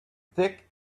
thick